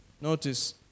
notice